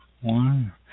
one